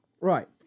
Right